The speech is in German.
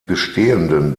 bestehenden